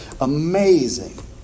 Amazing